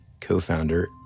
co-founder